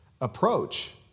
approach